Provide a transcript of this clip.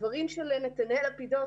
הדברים של נתנאל לפידות,